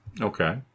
Okay